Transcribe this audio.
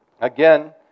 Again